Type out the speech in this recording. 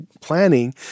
planning